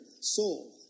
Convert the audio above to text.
soul